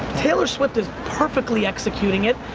taylor swift is perfectly executing it,